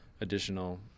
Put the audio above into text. additional